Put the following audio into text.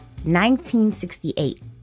1968